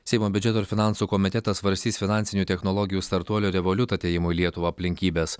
seimo biudžeto ir finansų komitetas svarstys finansinių technologijų startuolio revoliut atėjimo į lietuvą aplinkybes